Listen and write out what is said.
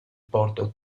porto